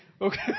Okay